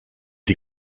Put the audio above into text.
die